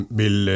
vil